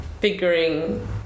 figuring